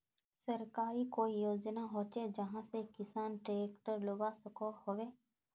सरकारी कोई योजना होचे जहा से किसान ट्रैक्टर लुबा सकोहो होबे?